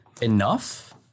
enough